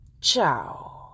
Ciao